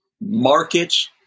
Markets